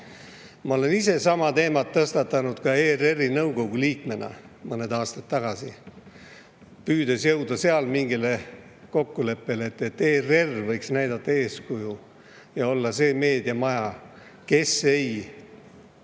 Ma olen ise sama teemat tõstatanud ka ERR-i nõukogu liikmena mõned aastad tagasi, püüdes jõuda seal kokkuleppele, et ERR võiks näidata eeskuju ja olla see meediamaja, kes ei